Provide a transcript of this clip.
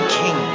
king